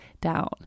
down